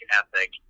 ethic